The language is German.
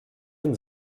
den